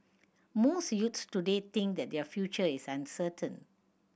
most youth today think that their future is uncertain